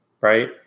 Right